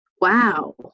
wow